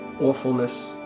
Awfulness